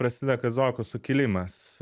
prasideda kazokų sukilimas